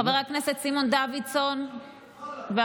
חבר הכנסת סימון דוידסון והחברים.